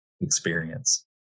experience